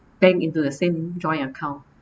bank into the same joint account